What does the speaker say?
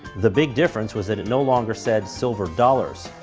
the big difference was that it no longer said silver dollars,